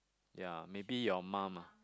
ya maybe your mum ah